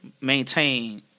maintain